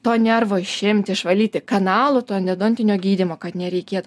to nervo išimti išvalyti kanalo to endodontinio gydymo kad nereikėt